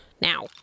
Now